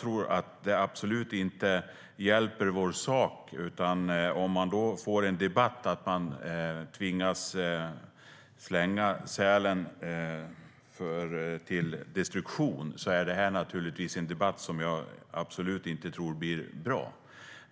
Det hjälper absolut inte vår sak om man får en debatt om att man tvingas slänga sälen till destruktion. Det är naturligtvis en debatt som jag absolut inte tror blir bra.